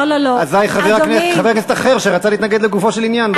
אזי חבר כנסת אחר שרצה להתנגד לגופו של עניין לא יוכל להתנגד.